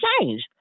change